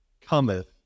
cometh